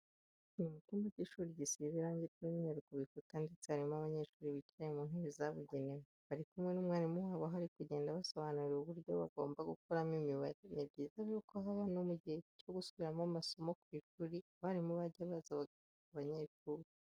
Ni mu cyumba cy'ishuri gisize irange ry'umweru ku bikuta ndetse harimo abanyeshuri bicaye mu ntebe zabugenewe. Bari kumwe n'umwarimu wabo aho ari kugenda abasobanurira ubuyo bagomba gukoramo Imibare. Ni byiza rero ko haba no mu gihe cyo gusubiramo amaso ku ishuri abarimu bajya baza bagafasha abanyeshuri.